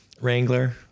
Wrangler